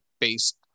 based